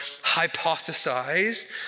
hypothesize